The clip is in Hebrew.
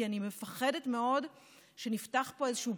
כי אני מפחדת מאוד שנפתח פה איזה פתח,